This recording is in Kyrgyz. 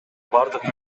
бардык